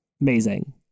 amazing